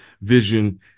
vision